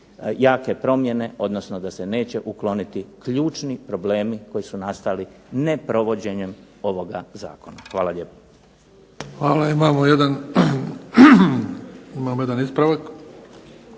jake promjene, odnosno da se neće ukloniti ključni problemi koji su nastali neprovođenjem ovog Zakona. Hvala lijepo. **Bebić, Luka (HDZ)** Hvala, imamo jedan ispravak.